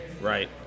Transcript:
Right